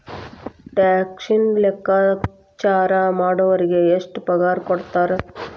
ಟ್ಯಾಕ್ಸನ್ನ ಲೆಕ್ಕಾಚಾರಾ ಮಾಡೊರಿಗೆ ಎಷ್ಟ್ ಪಗಾರಕೊಡ್ತಾರ??